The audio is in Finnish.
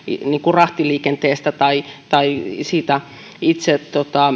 rahtiliikenteestä tai tai siitä itse